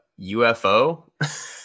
UFO